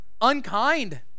Unkind